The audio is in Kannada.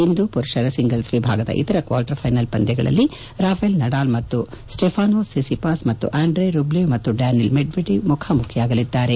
ಇಂದು ಪುರುಷರ ಸಿಂಗಲ್ಲ್ ವಿಭಾಗದ ಇತರ ಕ್ವಾರ್ಟರ್ ಫೈನಲ್ಲ್ ಪಂದ್ಯಗಳಲ್ಲಿ ರಾಫೆಲ್ ನಡಾಲ್ ಮತ್ತು ಸ್ಲೆಫಾನೋಸ್ ಸಿಸಿಪಾಸ್ ಹಾಗೂ ಆಂಡ್ರೆ ರುಬ್ಲೆವ್ ಮತ್ತು ಡ್ಲಾನಿಲ್ ಮೆಡ್ವೆಡೆವ್ ಮುಖಾಮುಖಿಯಾಗಲಿದ್ದಾರೆ